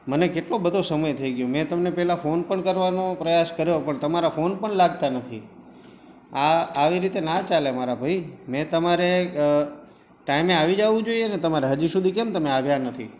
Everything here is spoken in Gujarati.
મને કેટલો બધો સમય થઇ ગયો મેં તમને પહેલાં ફોન પણ કરવાનો પ્રયાસ કર્યો પણ તમારા ફોન પણ લાગતા નથી આ આવી રીતે ના ચાલે મારા ભઈ મેં તમારે ટાઈમે આવી જવું જોઈએ ને તમારે હજુ સુધી કેમ તમે આવ્યા નથી